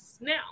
Now